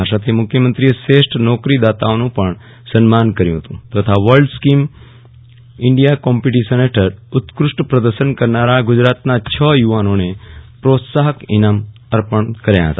આ સાથે મુખ્યમંત્રીએ શ્રેષ્ઠ નોકરીદાતાઓનું પણ સન્માન કર્યું હતું તથા વર્લ્ડ સ્કીમ ઇન્ડિયા કોમ્પિટીશન હેઠળ ઉત્કૃષ્ઠ પ્રદર્શન કરનારા ગુજરાતના છ યુવાનોને પ્રોત્સાહક ઇનામ અર્પણ કર્યા હતા